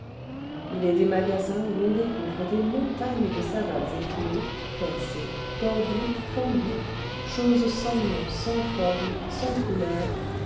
il est des magasins où l'on découvre des montagnes de savates éculées percées tordues fendues choses sans nom sans forme sans couleur